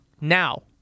Now